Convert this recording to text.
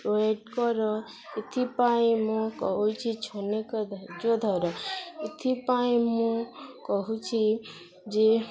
wait କର ଏଥିପାଇଁ ମୁଁ କହୁଛି ଛନିକ ଧର୍ଯ୍ୟଧର ଏଥିପାଇଁ ମୁଁ କହୁଛି ଯେ